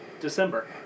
December